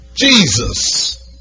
Jesus